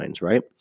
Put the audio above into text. right